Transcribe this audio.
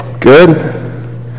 Good